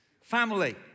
Family